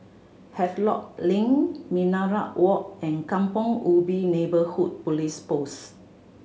Havelock Link Minaret Walk and Kampong Ubi Neighbourhood Police Post